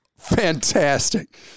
Fantastic